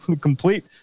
complete